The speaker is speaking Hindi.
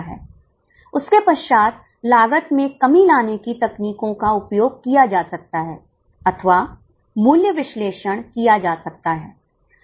उसके पश्चात लागत में कमी लाने की तकनीकों का उपयोग किया जा सकता है अथवा मूल्य विश्लेषण किया जा सकता है